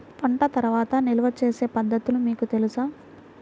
పంట తర్వాత నిల్వ చేసే పద్ధతులు మీకు తెలుసా?